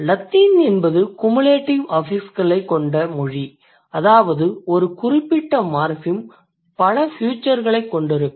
Latin என்பது cumulative affix களைக் கொண்ட மொழி அதாவது ஒரு குறிப்பிட்ட மார்ஃபிம் பல ஃபியூச்சர்களைக் கொண்டிருக்கும்